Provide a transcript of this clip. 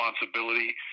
responsibility